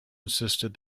insisted